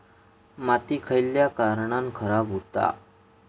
माती खयल्या कारणान खराब हुता?